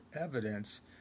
evidence